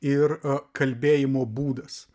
ir kalbėjimo būdas